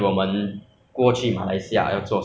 应该是需要应该每个人出国